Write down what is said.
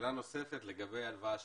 שאלה נוספת לגבי הלוואה שאמרת.